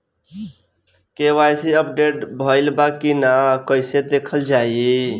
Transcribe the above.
KYC update भइल बा कि ना कइसे देखल जाइ?